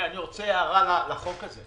אני רוצה הערה על הצעת החוק הזאת.